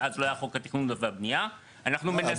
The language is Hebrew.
שאז לא היה חוק התכנון והבנייה אנחנו מנסים לתקן.